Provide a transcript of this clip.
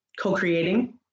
co-creating